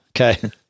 Okay